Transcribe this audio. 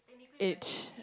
age